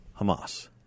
Hamas